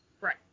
Right